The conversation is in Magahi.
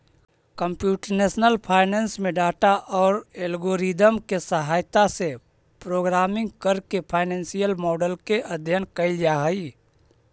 कंप्यूटेशनल फाइनेंस में डाटा औउर एल्गोरिदम के सहायता से प्रोग्रामिंग करके फाइनेंसियल मॉडल के अध्ययन कईल जा हई